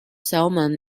salmon